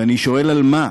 ואני שואל, על מה?